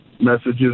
Messages